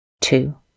two